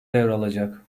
devralacak